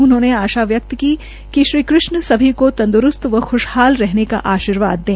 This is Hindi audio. उन्होंने आशा व्यक्त की कि श्री कृषण सभी को तंदरूस्त तथा ख्शहाल रहने का आर्शीर्वाद दें